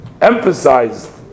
emphasized